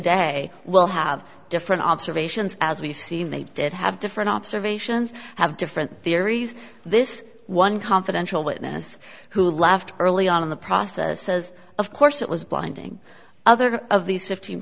day well have different observations as we've seen they did have different observations have different theories this one confidential witness who left early on in the process says of course it was blinding other of these fifteen